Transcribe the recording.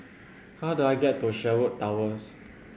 how do I get to Sherwood Towers